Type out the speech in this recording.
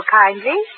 kindly